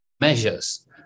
measures